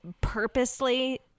purposely